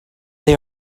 they